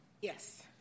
Yes